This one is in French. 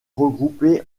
regroupées